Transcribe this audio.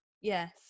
yes